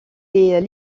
est